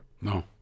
No